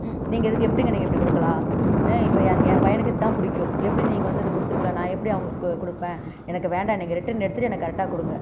நீங்கள் எதுக்கு எப்படிங்க எனக்கு இப்படி கொடுக்கலாம் இப்போ என் பையனுக்கு இதுதான் பிடிக்கும் எப்படி நீங்கள் வந்து இதை கொடுத்துருக்கலாம் நான் எப்படி அவர்களுக்கு கொடுப்பேன் எனக்கு வேண்டாம் நீங்கள் ரிட்டன் எடுத்துகிட்டு எனக்கு கரெக்டாக கொடுங்க